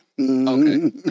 Okay